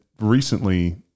recently